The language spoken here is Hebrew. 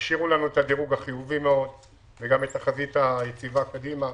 השאירו לנו את הדירוג החיובי מאוד וגם את החזית היציבה קדימה.